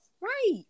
right